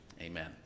amen